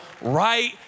right